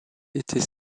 étaient